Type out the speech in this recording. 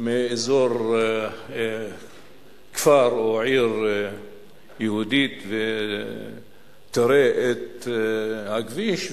מאזור כפר או עיר יהודית ותראה את הכביש,